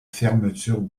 fermeture